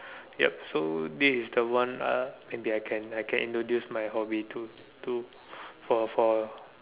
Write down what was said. yup so this is the one uh maybe I can I can introduce my hobby to to for for